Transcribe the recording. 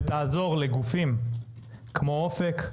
ותעזור לגופים כמו אופק,